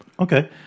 Okay